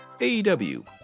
AEW